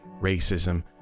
racism